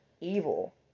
evil